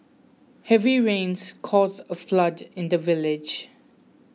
heavy rains caused a flood in the village